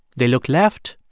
they looked left,